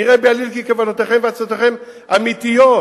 נראה בעליל כי כוונותיכם והצהרותיכם אמיתיות.